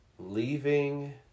leaving